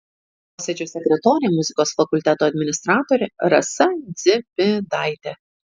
posėdžio sekretorė muzikos fakulteto administratorė rasa dzimidaitė